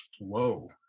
whoa